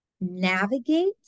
navigate